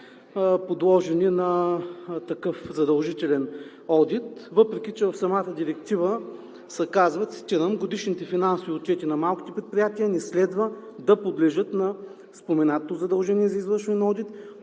подложени на такъв задължителен одит, въпреки че в самата Директива се казва: „Годишните финансови отчети на малките предприятия не следва да подлежат на споменатото задължение за извършване на одит,